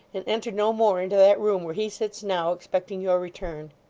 and enter no more into that room, where he sits now, expecting your return